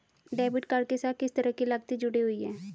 Debit card के साथ किस तरह की लागतें जुड़ी हुई हैं?